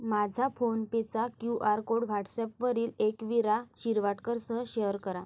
माझा फोनपेचा Q R code WhatsApp वरील एकवीरा शिरवाडकरसह शेअर करा